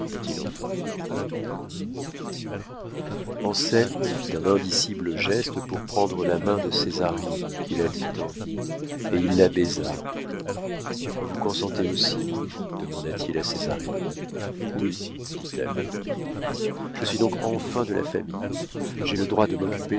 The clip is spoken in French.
enfin anselme fit un indicible geste pour prendre la main de césarine qui la lui tendit et il la baisa vous consentez aussi demanda-t-il à césarine oui dit-elle je suis donc enfin de la famille j'ai le droit de m'occuper